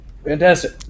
Fantastic